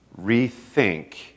rethink